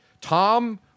Tom